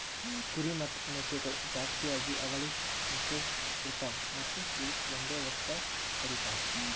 ಕುರಿ ಮತ್ತ್ ಮೇಕೆಗೊಳ್ ಜಾಸ್ತಿಯಾಗಿ ಅವಳಿ ಮಕ್ಕುಳ್ ಇರ್ತಾವ್ ಮತ್ತ್ ಇವುಕ್ ಒಂದೆ ವರ್ಷದಾಗ್ ಕಡಿತಾರ್